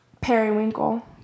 Periwinkle